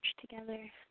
together